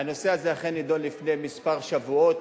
הנושא הזה אכן נדון לפני כמה שבועות,